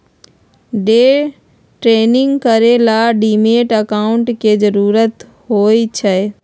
day trading करे ला demat account के जरूरत होई छई